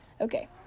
Okay